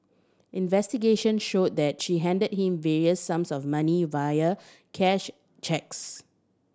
investigations showed that she handed him various sums of money via cash cheques